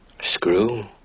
Screw